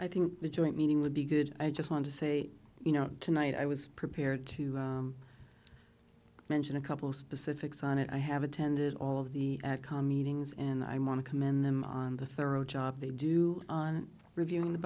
i think the joint meeting would be good i just want to say you know tonight i was prepared to mention a couple of specifics on it i have attended all of the comm eatings and i want to commend them on the thorough job they do on reviewing the